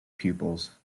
pupils